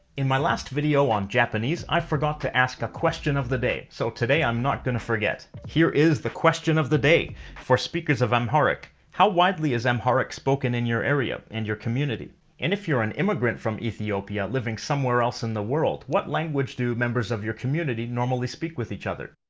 in my last video, on japanese, i forgot to ask a question of the day, so today i'm not going to forget. here is the question of the day for speakers of amharic how widely is amharic spoken in your area and your community and if you're an immigrant from ethiopia living somewhere else in the world, what language do members of your community normally speak with each other?